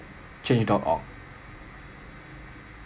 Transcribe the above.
change dot org